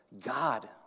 God